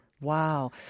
Wow